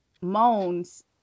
moans